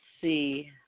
see